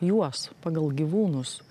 juos pagal gyvūnus